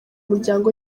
muryango